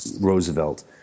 Roosevelt